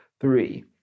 three